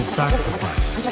sacrifice